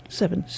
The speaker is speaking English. seven